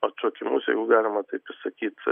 atšokimus jeigu galima taip sakyti